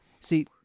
See